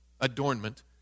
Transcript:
adornment